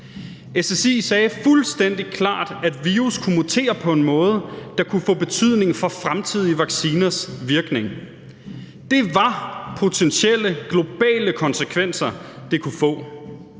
SSI sagde fuldstændig klart, at virus kunne mutere på en måde, der kunne få betydning for fremtidige vacciners virkning. Det var potentielle globale konsekvenser, det kunne få.